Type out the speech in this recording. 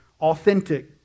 authentic